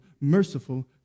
merciful